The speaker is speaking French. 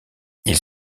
ils